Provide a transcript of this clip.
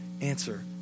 answer